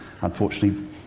unfortunately